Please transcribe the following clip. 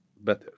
better